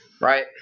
Right